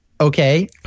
okay